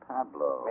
Pablo